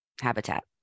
habitat